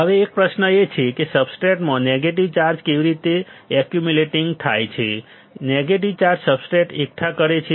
હવે એક પ્રશ્ન છે સબસ્ટ્રેટમાં નેગેટિવ ચાર્જ કેવી રીતે એક્યુમ્યુલેટિંગ થાય છે નેગેટિવ ચાર્જ સબસ્ટ્રેટ એકઠા કરે છે